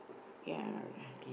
ya